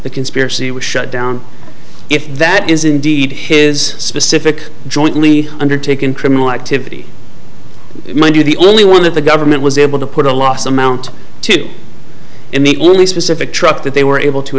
the conspiracy was shut down if that is indeed his specific jointly undertaken criminal activity mind you the only one that the government was able to put a loss amount to in the only specific truck that they were able to